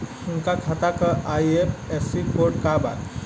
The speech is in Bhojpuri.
उनका खाता का आई.एफ.एस.सी कोड का बा?